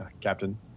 Captain